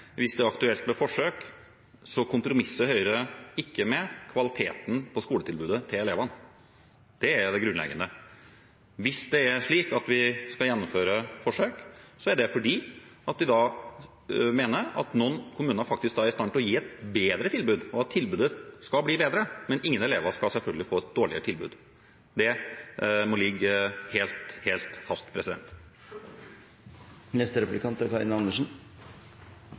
Hvis det er aktuelt med forsøk, så kompromisser ikke Høyre med kvaliteten på skoletilbudet til elevene. Det er det grunnleggende. Hvis det er slik at vi skal gjennomføre forsøk, er det fordi vi da mener at noen kommuner faktisk er i stand til å gi et bedre tilbud, og at tilbudet skal bli bedre, men selvfølgelig skal ingen elever få et dårligere tilbud. Det må ligge helt, helt fast. Det er